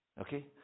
okay